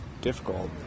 difficult